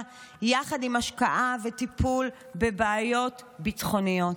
יחד עם השקעה וטיפול בבעיות ביטחוניות.